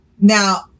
now